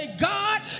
God